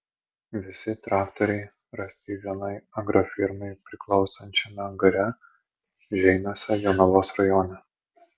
visi traktoriai rasti vienai agrofirmai priklausančiame angare žeimiuose jonavos rajone